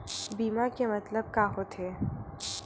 बीमा के मतलब का होथे?